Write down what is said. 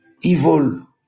Evil